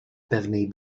pewnej